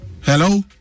hello